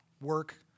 work